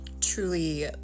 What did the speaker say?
truly